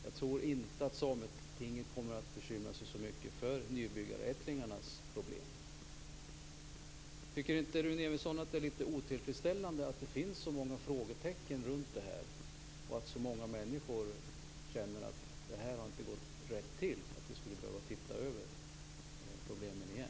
Jag tror inte att Sametinget kommer att bekymra sig så mycket för nybyggarättlingarnas problem. Tycker inte Rune Evensson att det är litet otillfredsställande att det finns så många frågetecken runt detta och att så många människor känner att det hela inte har gått rätt till. Skulle vi inte behöva se över problemen igen?